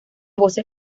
voces